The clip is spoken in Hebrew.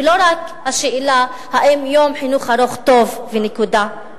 ולא רק השאלה אם יום חינוך ארוך טוב, נקודה.